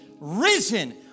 risen